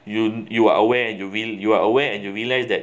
you you are aware you will you are aware and you realize that